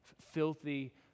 filthy